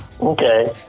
Okay